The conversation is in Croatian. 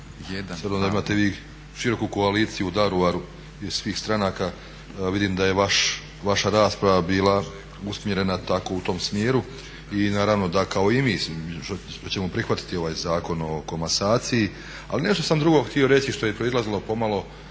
obzirom da imate vi široku koaliciju u Daruvaru iz svih stranaka vidim da je vaša rasprava bila usmjerena tako u tom smjeru. I naravno da kao i mi što ćemo prihvatiti ovaj Zakon o komasaciji. Ali nešto sam drugo htio reći što je proizlazilo pomalo